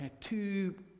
two